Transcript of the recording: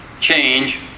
change